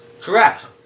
Correct